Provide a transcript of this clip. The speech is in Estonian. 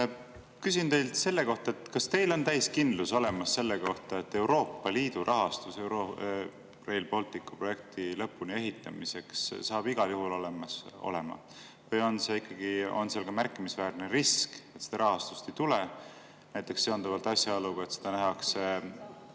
Küsin teilt selle kohta, kas teil on täielik kindlus olemas, et Euroopa Liidu rahastus Rail Balticu projekti lõpuni ehitamiseks saab igal juhul olemas olema. Või on seal märkimisväärne risk, et seda rahastust ei tule, näiteks seonduvalt asjaoluga, et seda raha